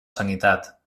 sanitat